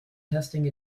testing